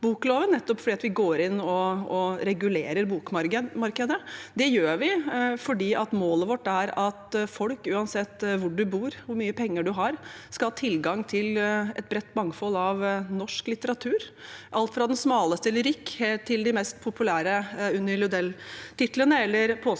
nettopp fordi vi går inn og regulerer bokmarkedet. Det gjør vi fordi målet vårt er at folk, uansett hvor man bor, og hvor mye penger man har, skal ha tilgang til et bredt mangfold av norsk litteratur – alt fra den smaleste lyrikk til de mest populære Unni Lindell-titlene eller påskekrimmen.